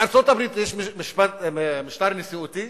בארצות-הברית יש משטר נשיאותי,